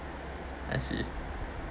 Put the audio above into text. I see